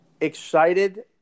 excited